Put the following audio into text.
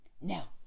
Now